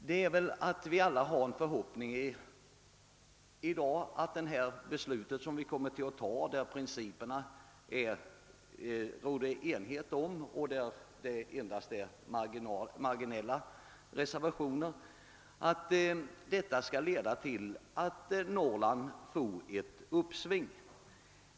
Vi hyser väl alla en förhoppning i dag att det beslut vi kommer att fatta, om vilket det råder enighet beträffande principerna och beträffande vilket det endast finns marginella reservationer, skall leda till att Norrland får ett uppsving.